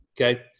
okay